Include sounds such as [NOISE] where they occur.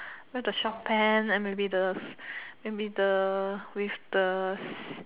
wear the short pant maybe the maybe the with the [NOISE]